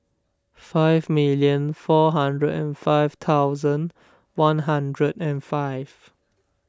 five million four hundred and five thousand one hundred and five